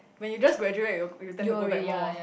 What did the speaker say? when you just graduate you you tend to go back more